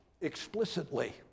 explicitly